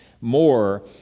more